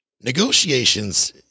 Negotiations